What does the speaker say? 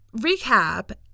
recap